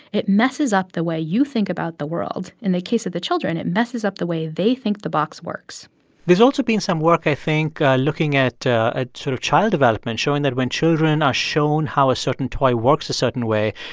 it messes up the way you think about the world. in the case of the children, it messes up the way they think the box works there's also been some work, i think, looking at a sort of child development, showing that when children are shown how a certain toy works a certain way,